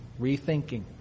rethinking